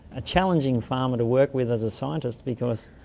a challenging farmer to work with as a scientist because